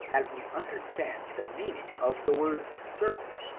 that we understand the meaning of the word servant,